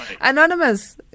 Anonymous